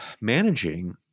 managing